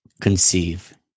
conceive